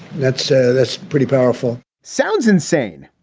that's so that's pretty powerful sounds insane.